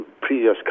previous